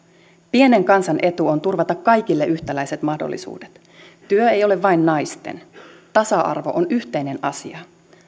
pienen kansan etu on turvata kaikille yhtäläiset mahdollisuudet työ ei ole vain naisten tasa arvo on yhteinen asia